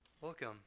Welcome